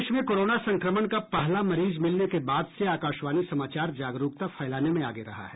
देश में कोरोना संक्रमण का पहला मरीज मिलने के बाद से आकाशवाणी समाचार जागरुकता फैलाने में आगे रहा है